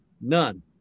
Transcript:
none